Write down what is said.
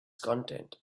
content